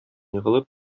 егылып